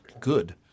good